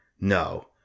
No